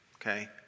Okay